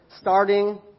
starting